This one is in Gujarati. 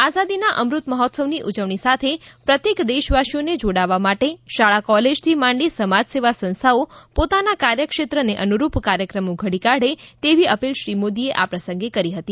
આઝાદીના અમૃત મહોત્સવની ઉજવણી સાથે પ્રત્યેક દેશવાસીને જોડવા માટે શાળા કોલેજ થી માંડી સમાજસેવા સંસ્થાઓ પોતાના કાર્યક્ષેત્રને અનુરૂપ કાર્યકમો ઘડી કાઢે તેવી અપીલ શ્રી મોદી એ આ પ્રસંગે કરી હતી